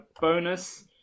bonus